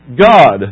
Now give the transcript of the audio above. God